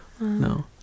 no